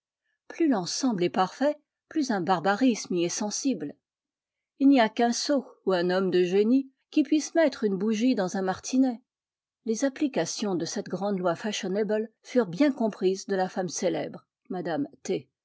plus l'ensemble est parfait plus un barbarisme y est sensible il n'y a qu'un sot ou un homme de génie qui puisse mettre une bougie dans un martinet les applications de cette grande loi fashionable furent bien comprises de la femme célèbre madame